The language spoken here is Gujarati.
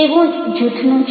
તેવું જ જૂથનું છે